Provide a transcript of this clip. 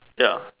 ya